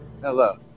Hello